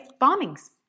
bombings